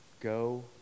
go